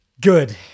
Good